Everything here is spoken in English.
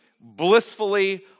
blissfully